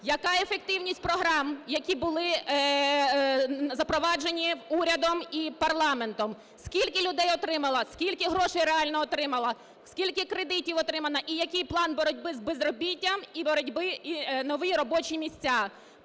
яка ефективність програм, які були запроваджені урядом і парламентом, скільки людей отримало, скільки грошей реально отримали, скільки кредитів отримано і який план боротьби з безробіттям і боротьби… і нові робочі місця.